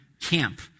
camp